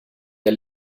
der